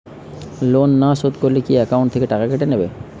Loan না শোধ করলে কি একাউন্ট থেকে টাকা কেটে নেবে?